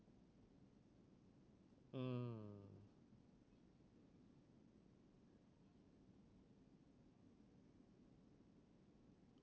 mm